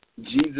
Jesus